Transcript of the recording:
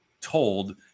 told